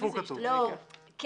המשתתפים --- יוזמנו או ישתתפו?